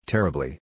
Terribly